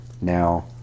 now